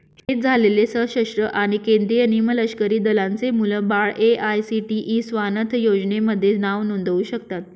शहीद झालेले सशस्त्र आणि केंद्रीय निमलष्करी दलांचे मुलं बाळं ए.आय.सी.टी.ई स्वानथ योजनेमध्ये नाव नोंदवू शकतात